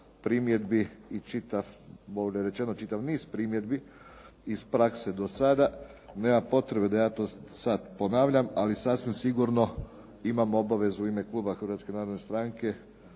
primjedbi i možemo reći čitav niz primjedbi iz prakse do sada. Nema potrebe da ja to sada ponavljam, ali sasvim sigurno imam obavezu u ime kluba Hrvatske narodne stranke